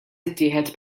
ittieħed